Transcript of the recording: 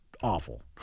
awful